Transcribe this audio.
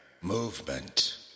movement